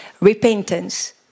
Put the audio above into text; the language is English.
repentance